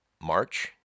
March